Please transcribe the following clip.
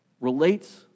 relates